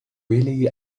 really